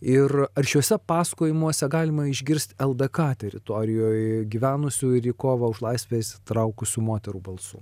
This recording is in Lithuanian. ir ar šiuose pasakojimuose galima išgirst el dė ka teritorijoj gyvenusių ir į kovą už laisvę įsitraukusių moterų balsų